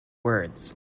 words